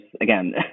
again